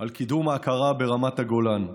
על קידום ההכרה ברמת הגולן.